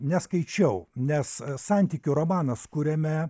neskaičiau nes santykių romanas kuriame